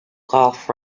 golf